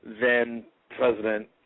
then-President